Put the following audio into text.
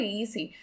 easy